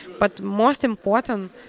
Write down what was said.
but most important,